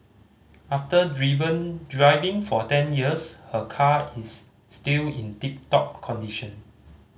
after driven driving for ten years her car is still in tip top condition